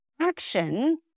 Action